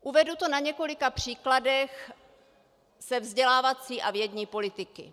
Uvedu to na několika příkladech ze vzdělávací a vědní politiky.